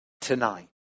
tonight